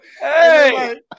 Hey